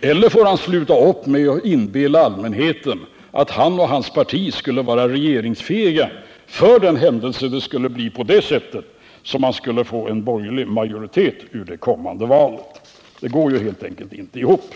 eller också får han sluta upp med att försöka inbilla allmänheten att han och hans parti skulle vara regeringsfähiga för den händelse det skulle bli på det sättet att man skulle få en borgerlig majoritet vid det kommande valet. Argumenteringen går helt enkelt inte ihop.